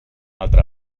altra